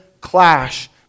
clash